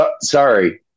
sorry